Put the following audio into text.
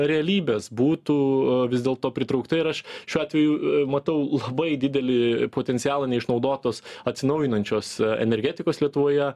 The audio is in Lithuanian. realybės būtų vis dėlto pritraukta ir aš šiuo atveju matau labai didelį potencialą neišnaudotos atsinaujinančios energetikos lietuvoje